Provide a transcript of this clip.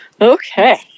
okay